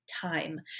Time